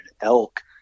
elk